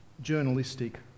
journalistic